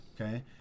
Okay